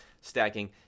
stacking